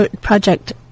project